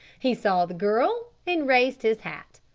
he saw the girl, and raised his hat.